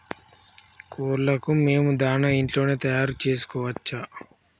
కోళ్లకు మేము దాణా ఇంట్లోనే తయారు చేసుకోవచ్చా?